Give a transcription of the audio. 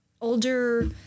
older